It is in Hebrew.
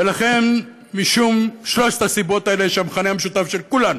ולכן, משלוש הסיבות האלה, שהמכנה המשותף של כולן